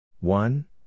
One